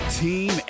team